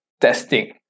testing